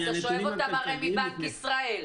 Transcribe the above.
אתה שואב אותם הרי מבנק ישראל,